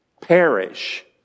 perish